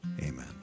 amen